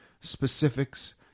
specifics